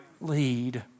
lead